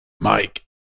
Mike